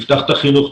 תפתח את החינוך,